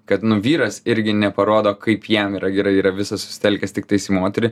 kad vyras irgi neparodo kaip jam yra gerai yra visas susitelkęs tiktais į moterį